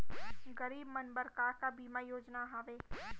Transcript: गरीब मन बर का का बीमा योजना हावे?